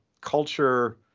culture